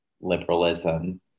liberalism